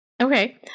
Okay